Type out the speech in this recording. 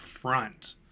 front